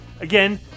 Again